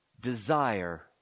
desire